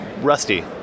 Rusty